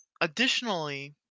Additionally